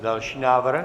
Další návrh?